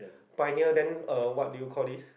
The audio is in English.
pioneer then uh what do you call this